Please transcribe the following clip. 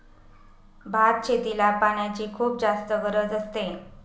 भात शेतीला पाण्याची खुप जास्त गरज असते